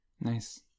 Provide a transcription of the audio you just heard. nice